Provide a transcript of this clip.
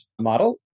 model